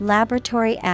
Laboratory